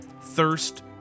Thirst